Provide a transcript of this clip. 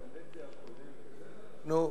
נו,